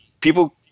People